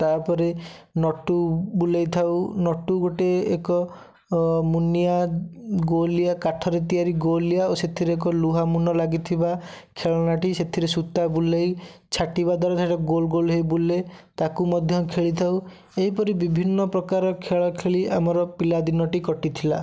ତା'ପରେ ନଟୁ ବୁଲେଇଥାଉ ନଟୁ ଗୋଟେ ଏକ ମୁନିଆ ଗୋଲିଆ କାଠରେ ତିଆରି ଗୋଲିଆ ସେଥିରେ ଏକ ଲୁହାମୁନ ଲାଗିଥିବା ଖେଳନାଟି ସେଥିରେ ସୂତା ବୁଲେଇ ଛାଟିବା ଦ୍ୱାରା ସେଇଟା ଗୋଲ୍ଗୋଲ୍ ହେଇ ବୁଲେ ତାକୁ ମଧ୍ୟ ଖେଳିଥାଉ ଏହିପରି ବିଭିନ୍ନ ପ୍ରକାର ଖେଳ ଖେଳି ଆମର ପିଲାଦିନଟି କଟିଥିଲା